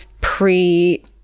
pre